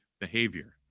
behavior